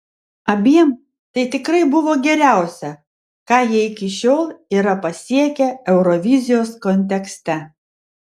abiem tai tikrai buvo geriausia ką jie iki šiol yra pasiekę eurovizijos kontekste